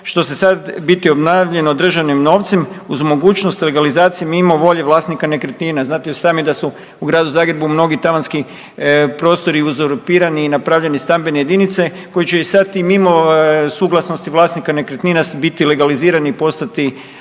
što se sad biti obnavljano državnim novcem uz mogućnost legalizacije mimo volje vlasnika nekretnina. Znate i sami da su u Gradu Zagrebu mnogi tavanski prostori uzurpirani i napravljene stambene jedinice koje će sad i mimo suglasnosti vlasnika nekretnina biti legalizirani i postati